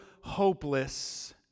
hopeless